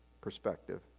perspective